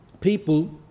people